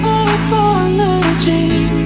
apologies